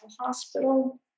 hospital